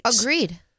Agreed